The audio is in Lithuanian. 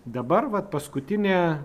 dabar vat paskutinė